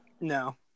No